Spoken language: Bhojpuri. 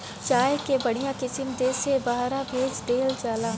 चाय कअ बढ़िया किसिम देस से बहरा भेज देहल जाला